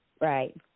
Right